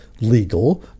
legal